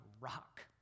rock